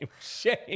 shame